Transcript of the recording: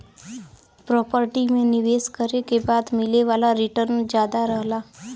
property में निवेश करे के बाद मिले वाला रीटर्न जादा रहला